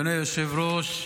אדוני היושב-ראש,